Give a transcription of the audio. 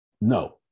No